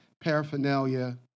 paraphernalia